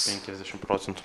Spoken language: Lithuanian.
penkiasdešim procentų